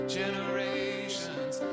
generations